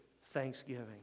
thanksgiving